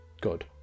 good